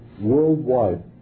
worldwide